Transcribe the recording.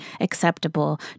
acceptable